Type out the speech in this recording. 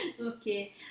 Okay